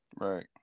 Right